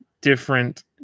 different